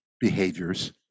behaviors